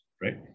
right